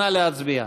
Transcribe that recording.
נא להצביע.